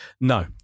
No